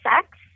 sex